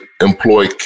employ